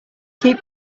keep